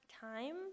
time